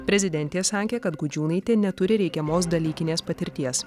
prezidentė sakė kad gudžiūnaitė neturi reikiamos dalykinės patirties